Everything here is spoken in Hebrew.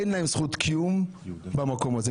אין להם זכות קיום במקום הזה.